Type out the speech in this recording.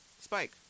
Spike